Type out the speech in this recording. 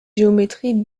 géométrie